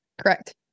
Correct